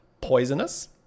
poisonous